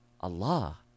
Allah